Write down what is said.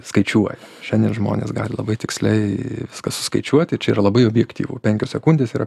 skaičiuoja šiandie žmonės gali labai tiksliai viską suskaičiuoti ir čia yra labai objektyvu penkios sekundės yra